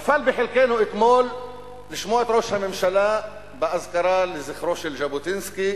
אתמול נפל בחלקנו לשמוע את ראש הממשלה באזכרה לזכרו של ז'בוטינסקי,